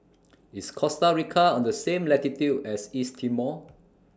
IS Costa Rica on The same latitude as East Timor